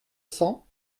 cents